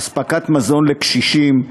אספקת מזון לקשישים,